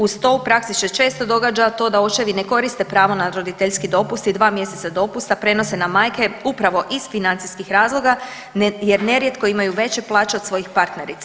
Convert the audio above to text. Uz to u praksi se često događa to da očevi ne koriste pravo na roditeljski dopust i dva mjeseca dopusta prenose na majke upravo iz financijskih razloga jer nerijetko imaju veće plaće od svojih partnerica.